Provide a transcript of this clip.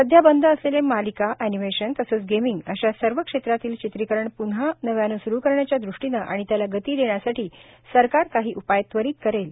सध्या बंद असलेले मालिका आनिमेशन तसंच गेमिंग आशा सर्व क्षेत्रातील चित्रीकरण प्न्हा स्रू करण्याच्या दृष्टीन आणि त्याला गती देण्यासाठी सरकार काही उपाय त्वरित करेल